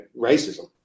racism